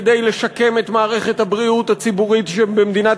כדי לשקם את מערכת הבריאות הציבורית שבמדינת